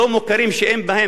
שאין בהם בתי-ספר,